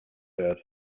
that